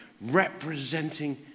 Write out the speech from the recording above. representing